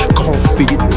coffee